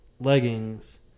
leggings